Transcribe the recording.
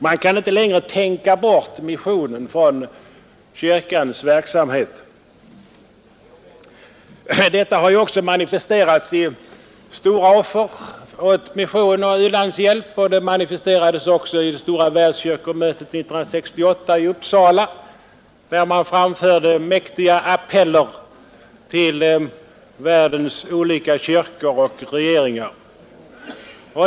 Man kan inte längre tänka bort missionen från kyrkans verksamhet. Detta har också manifesterats i stora offer till mission och u-landshjälp, och det manifesterades också vid det stora världskyrkomötet i Uppsala 1968, där man framförde mäktiga appeller till världens olika kyrkor och regeringar.